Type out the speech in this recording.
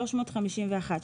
351,